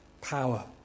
Power